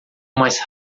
mais